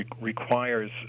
requires